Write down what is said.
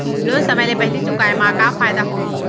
Loan समय ले पहिली चुकाए मा का फायदा होही?